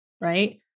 Right